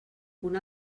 una